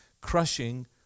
crushing